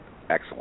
excellent